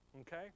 okay